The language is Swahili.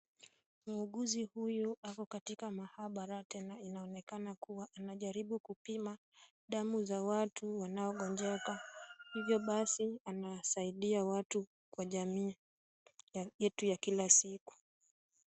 Muuguzi huyu ako katika maabara tena inaonekana kuwa anajaribu kupima damu za watu wanaogonjeka, hivyo basi anasaidia watu kwa jamii yetu ya kila siku.